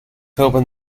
open